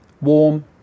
warm